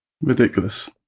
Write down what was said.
Ridiculous